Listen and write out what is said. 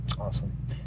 Awesome